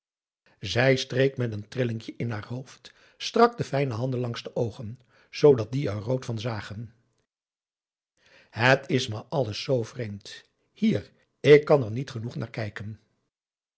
zij streek met een rillinkje in haar hoofd strak de fijne handen langs de oogen zoodat die er rood van zagen het is me alles zoo vreemd hier ik kan er niet genoeg naar kijken